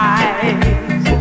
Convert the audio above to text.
eyes